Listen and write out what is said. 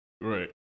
right